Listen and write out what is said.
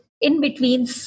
in-between